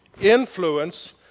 influence